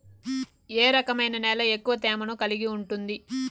ఏ రకమైన నేల ఎక్కువ తేమను కలిగి ఉంటుంది?